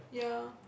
ya